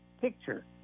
picture